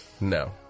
No